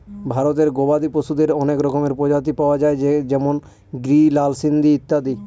ভারতে গবাদি পশুদের অনেক রকমের প্রজাতি পাওয়া যায় যেমন গিরি, লাল সিন্ধি ইত্যাদি